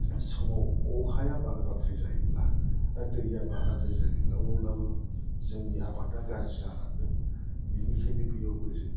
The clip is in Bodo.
समाव अखाया बाराद्राय जायोब्ला दैया बाराद्राय जायोब्ला अब्लाबो जोंनि आबादा गाज्रि जालांगोन बिनिखायनो बियावबो जों